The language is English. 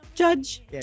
judge